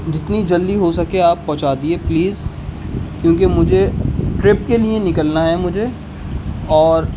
جتنی جلدی ہو سکے آپ پہنچا دیجیے پلیز کیونکہ مجھے ٹرپ کے لیے نکلنا ہے مجھے اور